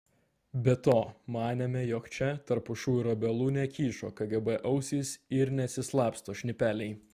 be to manėme jog čia tarp pušų ir obelų nekyšo kgb ausys ir nesislapsto šnipeliai